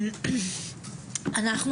אנחנו